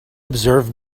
observe